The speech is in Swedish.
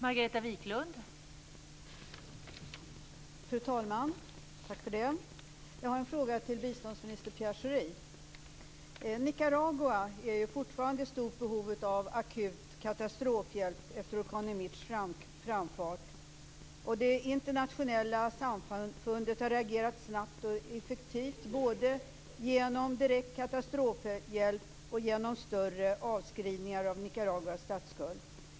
Fru talman! Jag har en fråga till biståndsminister Pierre Schori. Nicaragua är fortfarande i stort behov av akut katastrofhjälp efter orkanen Mitchs framfart. Det internationella samfundet har reagerat snabbt och effektivt både genom direkt katastrofhjälp och genom större avskrivningar av Nicaraguas statsskuld.